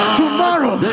tomorrow